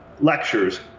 lectures